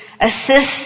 assist